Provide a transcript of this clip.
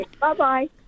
Bye-bye